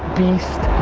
beast.